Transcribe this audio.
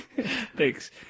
thanks